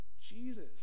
Jesus